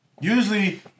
Usually